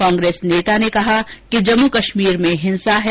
कांग्रेस नेता ने कहा कि जम्मू कश्मीर में हिंसा है